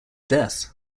death